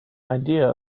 idea